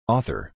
Author